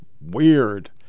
weird